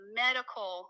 medical